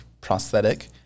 prosthetic